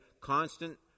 constant